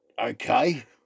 okay